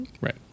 Right